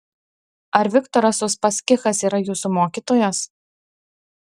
ar viktoras uspaskichas yra jūsų mokytojas